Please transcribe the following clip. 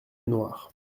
lenoir